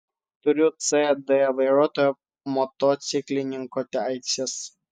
turiu c d vairuotojo motociklininko teises